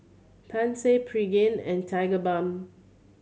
Pansy Pregain and Tigerbalm